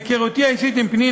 מהיכרותי האישית עם פנינה,